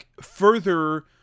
further